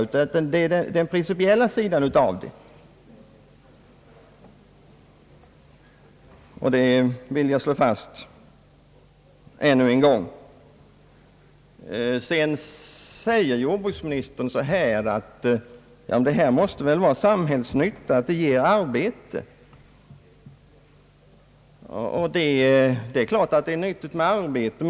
Vi skall diskutera den principiella sidan av det hela. Det vill jag slå fast ännu en gång. Sedan säger jordbruksministern: Detta måste vara samhällsnyttigt, det ger ju arbete! Det är klart att det är nyttigt med arbete.